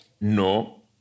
No